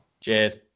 Cheers